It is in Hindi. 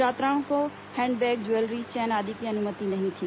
छात्राओं को हैंडबैग ज्वेलरी चेन आदि की अनुमति नहीं थी